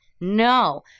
no